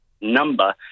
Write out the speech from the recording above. number